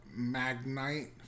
Magnite